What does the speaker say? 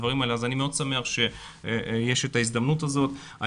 אז אני מאוד שמח שיש את ההזדמנות הזאת.